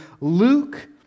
Luke